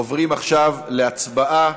אנחנו עוברים עכשיו להצבעה.